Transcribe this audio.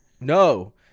no